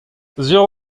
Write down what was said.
sur